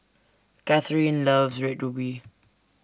Kathyrn loves Red Ruby